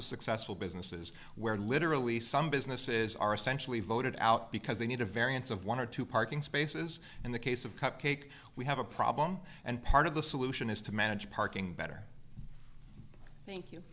of successful businesses where literally some businesses are essentially voted out because they need a variance of one or two parking spaces in the case of cupcake we have a problem and part of the solution is to manage parking better thank you